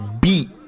beat